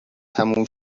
تموم